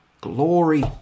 glory